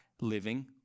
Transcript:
living